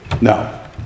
No